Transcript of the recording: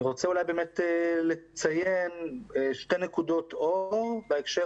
אני רוצה לציין שתי נקודות אור בהקשר